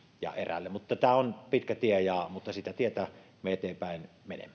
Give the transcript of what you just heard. ja erälle tämä on pitkä tie mutta sitä tietä me eteenpäin